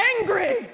angry